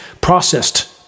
processed